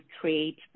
create